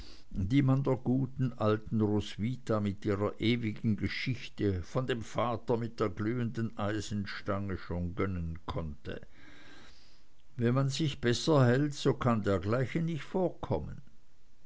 man der guten alten roswitha mit ihrer ewigen geschichte von dem vater mit der glühenden eisenstange schon gönnen konnte wenn man sich besser hält so kann dergleichen nicht vorkommen